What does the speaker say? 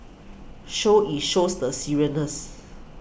show it shows the seriousness